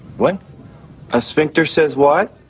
what a sphincter says. what,